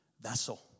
vessel